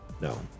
no